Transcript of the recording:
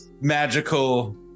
magical